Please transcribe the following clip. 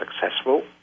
successful